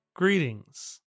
Greetings